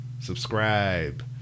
Subscribe